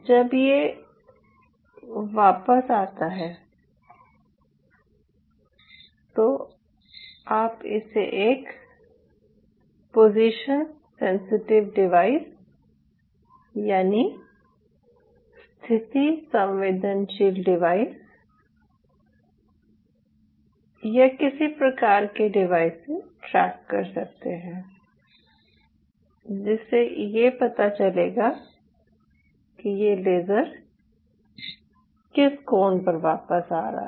जब ये वापस आता है तो आप इसे एक पोजीशन सेंसिटिव डिवाइस यानि स्थिति संवेदनशील डिवाइस या किसी प्रकार के डिवाइस से ट्रैक कर सकते हैं जिससे ये पता चलेगा कि ये लेजर किस कोण पर वापस आ रहा है